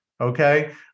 okay